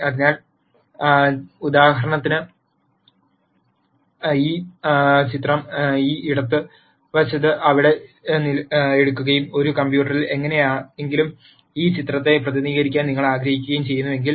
അതിനാൽ ഉദാഹരണത്തിന് ഈ ചിത്രം ഈ ഇടത് വശത്ത് ഇവിടെ എടുക്കുകയും ഒരു കമ്പ്യൂട്ടറിൽ എങ്ങനെയെങ്കിലും ഈ ചിത്രത്തെ പ്രതിനിധീകരിക്കാൻ നിങ്ങൾ ആഗ്രഹിക്കുകയും ചെയ്യുന്നുവെങ്കിൽ